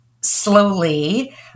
slowly